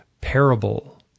parable